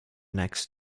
next